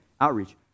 outreach